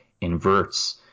inverts